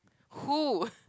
who